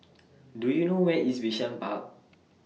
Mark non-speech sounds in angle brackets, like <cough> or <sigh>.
<noise> Do YOU know Where IS Bishan Park